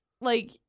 Like-